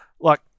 look